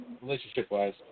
relationship-wise